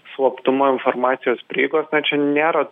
slaptumo informacijos prieigos na čia nėra